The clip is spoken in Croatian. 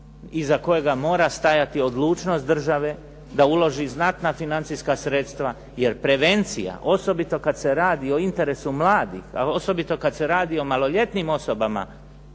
iza kojega mora stajati odlučnost države da uloži znatna financijska sredstva, jer prevencija, osobito kad se radi o interesu mladih, osobito kad se radi o maloljetnim osobama